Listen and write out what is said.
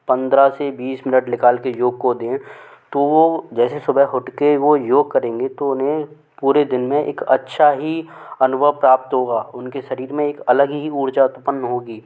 पंद्रह से बीस मिनट निकाल के योग को दें तो वो जैसे सूबह उठ के वो योग करेंगे तो उन्हें पूरे दिन में एक अच्छा ही अनुभव प्राप्त होगा उनके शरीर में एक अलग ही ऊर्जा उत्पन्न होगी